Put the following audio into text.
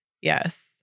Yes